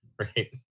right